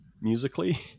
musically